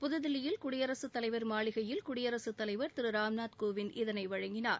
புதுதில்லியில் குடியரசுத்தலைவர் மாளிகையில் குடியரசுத் தலைவர் திரு ராம்நாத் கோவிந்த் இதனை வழங்கினார்